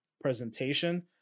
presentation